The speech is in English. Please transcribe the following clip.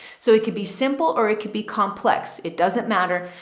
so it could be simple or it could be complex. it doesn't matter.